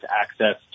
access